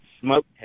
smoke